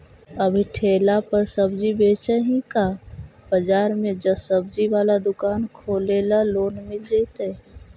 अभी ठेला पर सब्जी बेच ही का बाजार में ज्सबजी बाला दुकान खोले ल लोन मिल जईतै?